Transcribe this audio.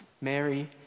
Mary